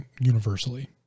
universally